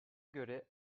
göre